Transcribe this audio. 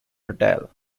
hotel